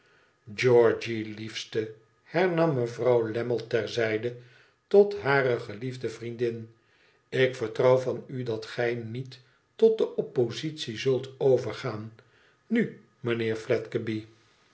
georgië liefiste hernam mevrouw lammie ter zijde tot hare geliefde vriendin ik vertrouw van u dat gij niet tot de oppositie zult overgaan nu mijnheer